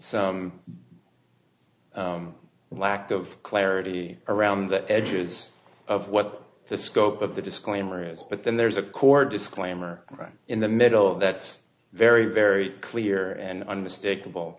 some lack of clarity around the edges of what the scope of the disclaimer is but then there's a core disclaimer right in the middle that's very very clear and unmistakable